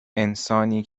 انسانی